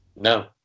No